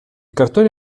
cartone